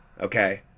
okay